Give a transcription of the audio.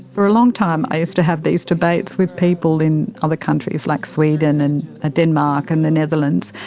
for a long time i used to have these debates with people in other countries like sweden and ah denmark and the netherlands,